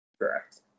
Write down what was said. Correct